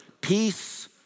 Peace